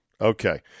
Okay